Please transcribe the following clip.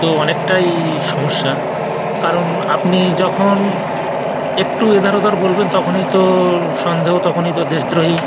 তো অনেকটাই সমস্যা কারণ আপনি যখন একটু এধার ওধার বলবেন তখনই তো সন্দেহ তখনই তো দেশদ্রোহী